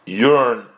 yearn